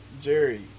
Jerry